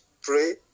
pray